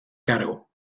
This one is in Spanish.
cargo